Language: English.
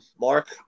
Mark